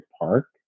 Park